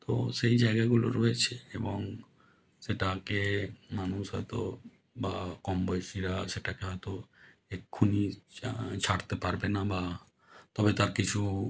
তো সেই জায়গাগুলো রয়েছে এবং সেটাকে মানুষ হয়তো বা কম বয়সীরা সেটাকে হয়তো এক্ষুনি চা ছাড়তে পারবে না বা তবে তার কিছু